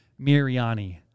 Miriani